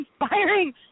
inspiring